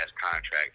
contract